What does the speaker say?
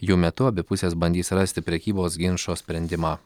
jų metu abi pusės bandys rasti prekybos ginčo sprendimą